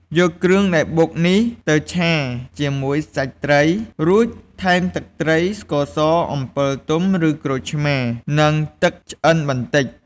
យកគ្រឿងដែលបុកនេះទៅឆាជាមួយសាច់ត្រី រួចថែមទឹកត្រី ស្ករស អំពិលទុំ ឬក្រូចឆ្មារ និងទឹកឆ្អិនបន្តិច។